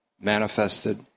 manifested